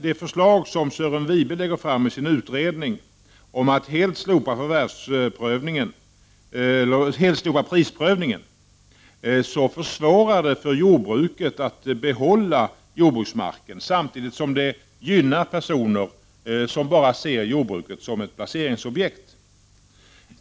Det förslag om att helt slopa prisprövningen som Sören Wibe lägger fram i sin utredning försvårar för jordbruket att behålla jordbruksmarken, samtidigt som det gynnar personer som bara ser jordbruket som ett placeringsobjekt.